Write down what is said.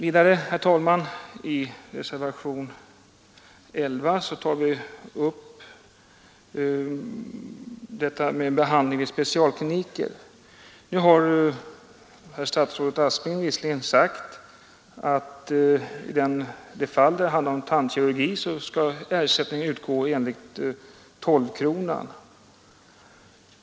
I reservationen XI av herr Hagberg tas frågan om behandlingen vid specialkliniker upp. Statsrådet Aspling har sagt att i de fall där det handlar om tandkirurgi skall ersättning utgå enligt 12-kronan.